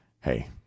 hey